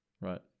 Right